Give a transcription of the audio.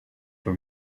for